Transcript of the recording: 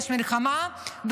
יש מלחמה,